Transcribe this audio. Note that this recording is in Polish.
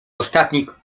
ostatnich